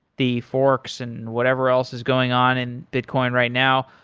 the forks and whatever else is going on in bitcoin right now,